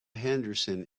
henderson